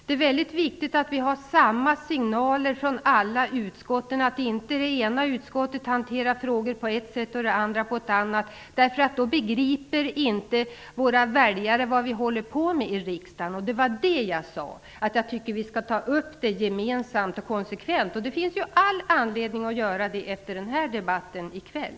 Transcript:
Det är väldigt viktigt att det kommer samma signaler från alla utskott, att inte det ena utskottet hanterar frågor på ett sätt och det andra utskottet hanterar dem på ett annat sätt. Då begriper inte våra väljare vad vi håller på med i riksdagen. Jag sade att jag tycker att vi skall ta upp det här gemensamt och konsekvent. Det finns all anledning att göra det efter den här debatten i kväll.